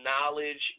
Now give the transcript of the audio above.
knowledge